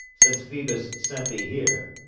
since phoebus sent thee here.